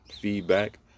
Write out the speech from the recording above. feedback